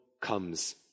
comes